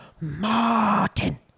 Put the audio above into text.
Martin